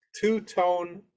two-tone